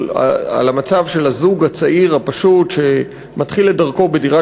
על המצב של הזוג הצעיר הפשוט שמתחיל את דרכו בדירת